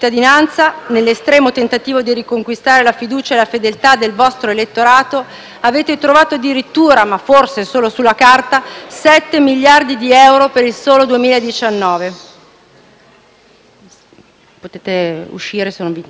Per gli orfani del femminicidio è iniziata in anticipo la stagione dei saldi, ma sul dolore di chi resta non si può e non si deve fare nessuno sconto.